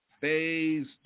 phase